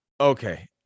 okay